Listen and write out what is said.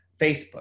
Facebook